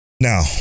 now